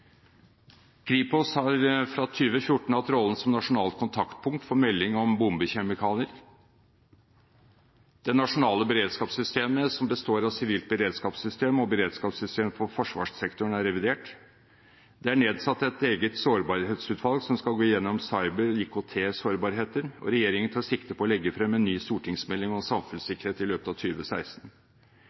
Kripos har fra 2014 hatt rollen som nasjonalt kontaktpunkt for melding om bombekjemikalier. Det nasjonale beredskapssystemet, som består av Sivilt beredskapssystem og Beredskapssystemer for forsvarssektoren, er revidert. Det er nedsatt et eget sårbarhetsutvalg som skal gå gjennom cyber- og IKT-sårbarheter, og regjeringen tar sikte på å legge frem en ny stortingsmelding om samfunnssikkerhet i løpet av